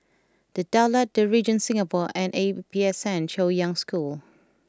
The Daulat The Regent Singapore and A P S N Chaoyang School